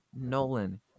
Nolan